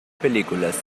películas